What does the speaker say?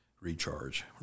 recharge